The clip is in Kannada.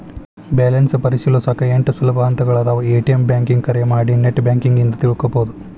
ಬ್ಯಾಲೆನ್ಸ್ ಪರಿಶೇಲಿಸೊಕಾ ಎಂಟ್ ಸುಲಭ ಹಂತಗಳಾದವ ಎ.ಟಿ.ಎಂ ಬ್ಯಾಂಕಿಂಗ್ ಕರೆ ಮಾಡಿ ನೆಟ್ ಬ್ಯಾಂಕಿಂಗ್ ಇಂದ ತಿಳ್ಕೋಬೋದು